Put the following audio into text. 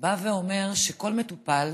בא ואומר שכל מטופל